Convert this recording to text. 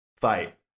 fight